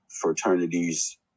fraternities